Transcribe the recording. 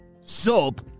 Soap